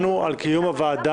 (אזור תיירות מיוחד,